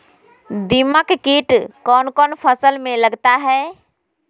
दीमक किट कौन कौन फसल में लगता है?